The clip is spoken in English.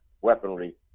weaponry